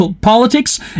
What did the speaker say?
politics